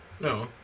No